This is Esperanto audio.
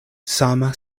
sama